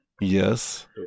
Yes